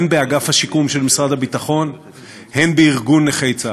הן באגף השיקום של משרד הביטחון הן בארגון נכי צה"ל.